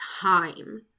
time